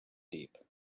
deep